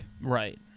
right